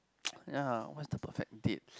ya what's the perfect date